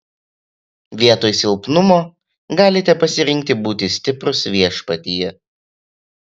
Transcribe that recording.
vietoj silpnumo galite pasirinkti būti stiprus viešpatyje